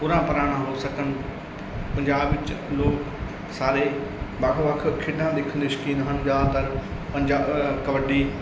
ਉਰਾਂ ਪਰਾਂ ਨਾ ਹੋ ਸਕਣ ਪੰਜਾਬ ਲੋਕ ਸਾਰੇ ਵੱਖ ਵੱਖ ਖੇਡਾਂ ਦੇਖਣ ਦੇ ਸ਼ੌਕੀਨ ਹਨ ਜ਼ਿਆਦਾਤਰ ਪੰਜਾ ਕਬੱਡੀ